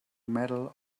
medal